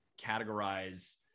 categorize